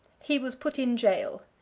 he was put in jail.